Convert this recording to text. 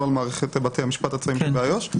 לא על מערכת בתי המשפט הצבאיים באיו"ש.